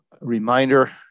reminder